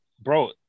bro